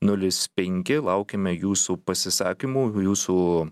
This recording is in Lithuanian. nulis penki laukiame jūsų pasisakymų jūsų